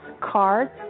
cards